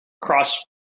cross